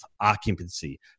occupancy